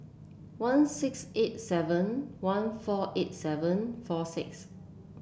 one six eight seven one four eight seven four six